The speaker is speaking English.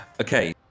Okay